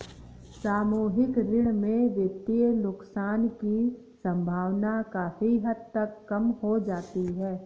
सामूहिक ऋण में वित्तीय नुकसान की सम्भावना काफी हद तक कम हो जाती है